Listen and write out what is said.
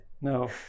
no